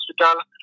Hospital